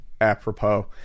apropos